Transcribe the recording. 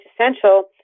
essential